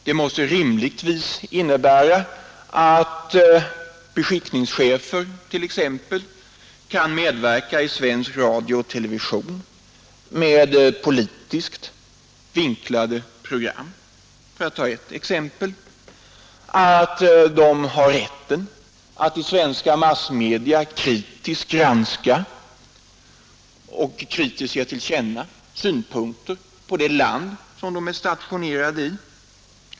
Det måste, mot bakgrund av vad som inträffat, innebära att t.ex. beskickningschefer kan medverka i svensk radio och TV med politiskt vinklade program, och att de har rätt att i svenska massmedia granska och ge till känna kritiska synpunkter beträffande det land som de är stationerade i.